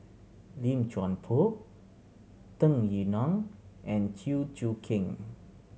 Lim Chuan Poh Tung Yue Nang and Chew Choo Keng